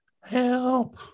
help